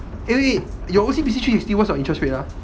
eh wait your O_C_B_C three sixty what's your interest rate ah